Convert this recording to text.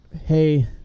hey